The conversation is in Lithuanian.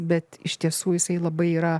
bet iš tiesų jisai labai yra